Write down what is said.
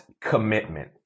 commitment